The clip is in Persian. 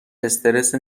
استرس